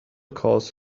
calls